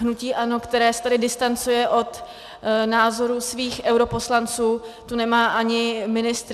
Hnutí ANO, které se tady distancuje od názorů svých europoslanců, tu nemá ani ministry.